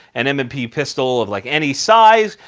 an m and p pistol of like any size,